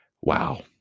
wow